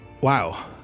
Wow